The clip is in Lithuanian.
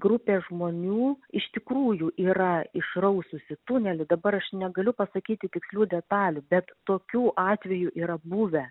grupė žmonių iš tikrųjų yra išraususi tunelį dabar aš negaliu pasakyti tikslių detalių bet tokių atvejų yra buvę